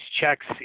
checks